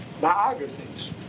biographies